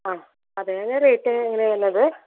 ആ അതിന് റേറ്റ് എങ്ങനെയാ വരണത്